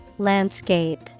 Landscape